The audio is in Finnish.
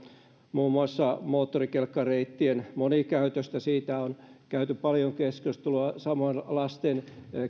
muun muassa moottorikelkkareittien monikäyttö siitä on käyty paljon keskustelua samoin lasten